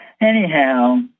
Anyhow